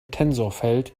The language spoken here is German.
tensorfeld